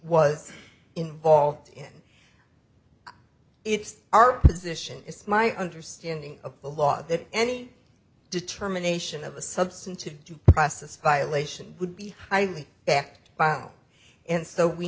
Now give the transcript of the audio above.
was involved in it's our position it's my understanding of the law that any determination of a substantive due process violation would be highly act by own and so we